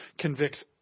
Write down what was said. convicts